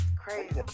Crazy